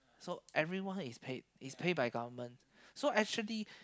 so everyone is paid is pay by government so actually